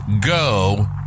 go